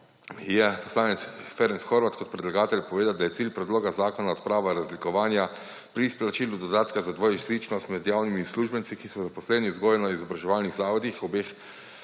je poslanec Ferenc Horváth kot predlagatelj povedal, da je cilj predloga zakona odprava razlikovanja pri izplačilu dodatka za dvojezičnost med javnimi uslužbenci, ki so zaposleni v vzgojno-izobraževalnih zavodih obeh